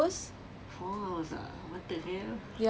played and it took like